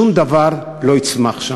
שום דבר לא יצמח.